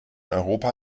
europa